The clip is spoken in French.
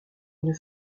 une